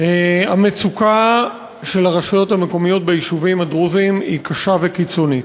המצוקה של הרשויות המקומיות ביישובים הדרוזיים היא קשה וקיצונית,